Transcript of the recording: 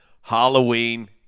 Halloween